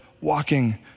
walking